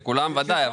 לכולם, ודאי.